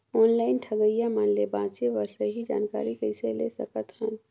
Online ठगईया मन ले बांचें बर सही जानकारी कइसे ले सकत हन?